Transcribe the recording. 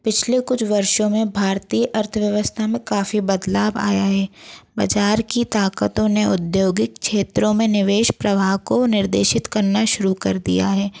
पिछले कुछ वर्षो में भारतीय अर्थव्यवस्था में काफ़ी बदलाव आया है बजार की ताकतों ने औद्योगिक क्षेत्रों में निवेश प्रवाह को निर्देशित करना शुरू कर दिया है